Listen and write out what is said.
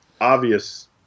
obvious